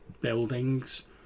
buildings